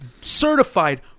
certified